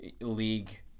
league